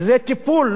זה טיפול,